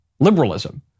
liberalism